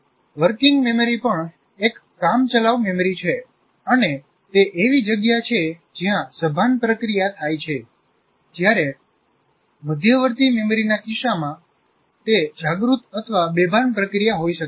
working સ્મૃતિ પણ એક કામચલાઉ સ્મૃતિ છે અને તે એવી જગ્યા છે જ્યાં સભાન પ્રક્રિયા થાય છે જ્યારે મધ્યવર્તી મેમરીના કિસ્સામાં તે જાગૃત અથવા બેભાન પ્રક્રિયા હોઈ શકે છે